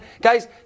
Guys